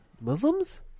Muslims